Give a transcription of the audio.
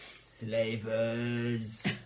Slavers